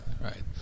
right